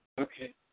Okay